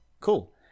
cool